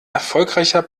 erfolgreicher